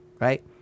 right